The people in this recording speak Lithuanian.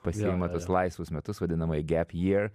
pasiima tuos laisvus metus vadinamąjį gap year